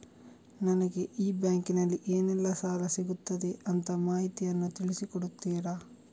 ನನಗೆ ಈ ಬ್ಯಾಂಕಿನಲ್ಲಿ ಏನೆಲ್ಲಾ ಸಾಲ ಸಿಗುತ್ತದೆ ಅಂತ ಮಾಹಿತಿಯನ್ನು ತಿಳಿಸಿ ಕೊಡುತ್ತೀರಾ?